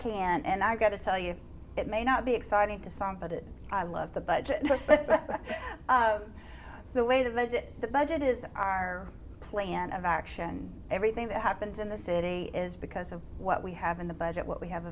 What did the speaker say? can't and i got to tell you it may not be exciting to song but i love the budget but the way that made it the budget is our plan of action everything that happens in the city is because of what we have in the budget what we have